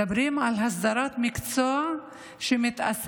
מדברים על הסדרת מקצוע שמתעסק